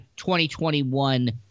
2021